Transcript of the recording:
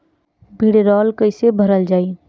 भीडरौल कैसे भरल जाइ?